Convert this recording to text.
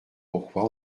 pourquoi